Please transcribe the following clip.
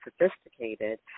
sophisticated